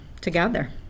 together